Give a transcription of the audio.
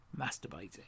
masturbating